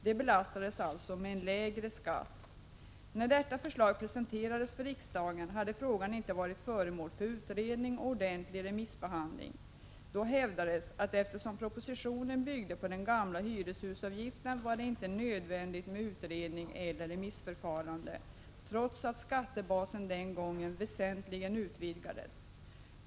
De belastades alltså med en lägre skatt. När detta förslag presenterades för riksdagen hade frågan inte varit föremål för utredning och ordentlig remissbehandling. Då hävdades att eftersom propositionen byggde på den gamla hyreshusavgiften var det inte nödvändigt med utredning eller remissförfarande, trots att skattebasen den gången väsentligt utvidgades.